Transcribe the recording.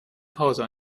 pause